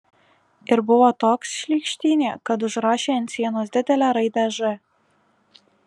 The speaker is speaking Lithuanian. ir buvo toks šlykštynė kad užrašė ant sienos didelę raidę ž